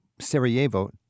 Sarajevo